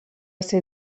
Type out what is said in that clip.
ser